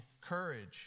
courage